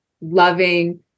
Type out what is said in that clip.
loving